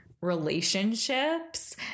relationships